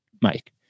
Mike